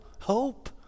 hope